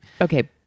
Okay